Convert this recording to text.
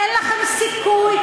אין לכם סיכוי